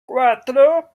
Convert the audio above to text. cuatro